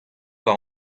war